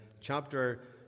chapter